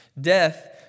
Death